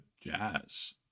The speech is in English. Jazz